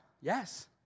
Yes